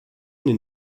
une